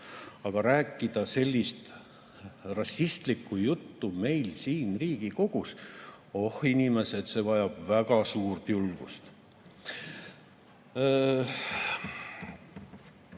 Aga rääkida sellist rassistlikku juttu meil siin Riigikogus – oh inimesed, see vajab väga suurt julgust!